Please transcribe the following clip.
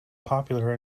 popular